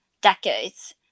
decades